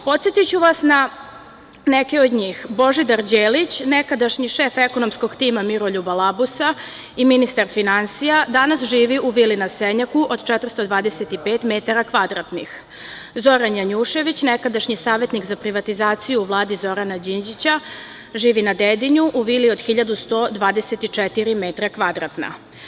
Podsetiću vas na neke od njih: Božidar Đelić, nekadašnji šef ekonomskog tima Miroljuba Labusa i ministar finansija, danas živi u vili na Senjaku od 425 metara kvadratnih; Zoran Janjušević, nekadašnji savetnik za privatizaciju u Vladi Zorana Đinđića, živi na Dedinju, u vili od 1.124 metara kvadratna.